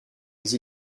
les